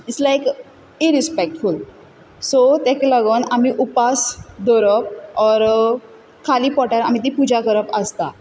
it's like irrespectful so ताका लागून आमी उपास दवरप ओर खाली पोटार आमी ती पुजा करप आसता